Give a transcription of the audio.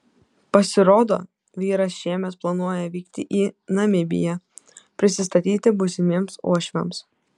pasirodo vyras šiemet planuoja vykti į namibiją prisistatyti būsimiems uošviams